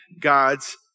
God's